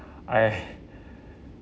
I